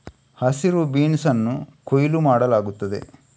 ಹಸಿರು ಬೀನ್ಸ್ ಅನ್ನು ಕೊಯ್ಲು ಮಾಡಲಾಗುತ್ತದೆ